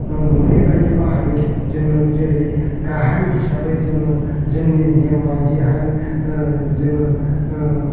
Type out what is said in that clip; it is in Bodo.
मुलि बायदि बाहायो जोङो जेरै गाहाय हिसाबै जोङो जोंनि नेम बायदियै जोङो